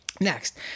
Next